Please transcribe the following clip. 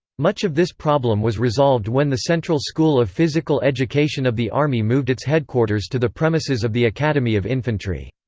much of this problem was resolved when the central school of physical education of the army moved its headquarters to the premises of the academy of infantry.